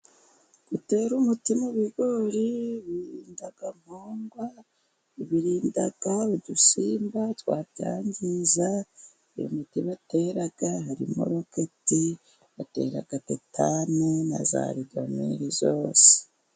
Gutere umuti mu ibigori, birinda udusimba twabyangiza, iyo imiti batera harimo rocketi, batera tetane, na za regameri zose.